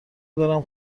دارم